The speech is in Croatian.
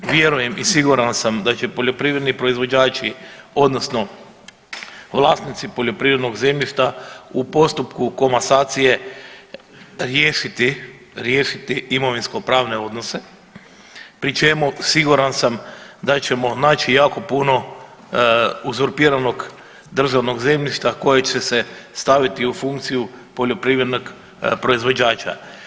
Vjerujem i siguran sam da će poljoprivredni proizvođači, odnosno vlasnici poljoprivrednog zemljišta u postupku komasacije riješiti imovinsko-pravne odnose pri čemu siguran sam da ćemo naći jako puno uzurpiranog državnog zemljišta koje će se staviti u funkciju poljoprivrednog proizvođača.